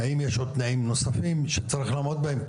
האם יש עוד תנאים נוספים שצריך לעמוד בהם,